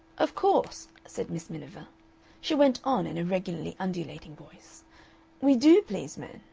of course, said miss miniver she went on in a regularly undulating voice we do please men.